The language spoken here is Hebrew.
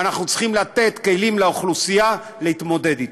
ואנחנו צריכים לתת כלים לאוכלוסייה להתמודדות.